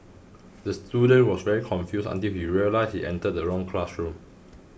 the student was very confused until he realised he entered the wrong classroom